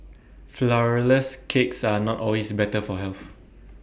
Flourless Cakes are not always better for health